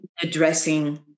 addressing